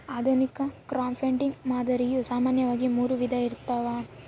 ಆಧುನಿಕ ಕ್ರೌಡ್ಫಂಡಿಂಗ್ ಮಾದರಿಯು ಸಾಮಾನ್ಯವಾಗಿ ಮೂರು ವಿಧ ಇರ್ತವ